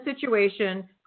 situation